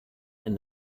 and